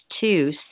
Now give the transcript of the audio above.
two